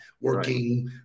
working